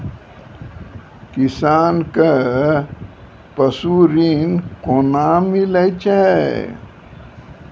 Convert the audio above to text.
किसान कऽ पसु ऋण कोना मिलै छै?